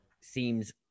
seems